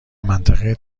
منطقه